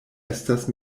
estas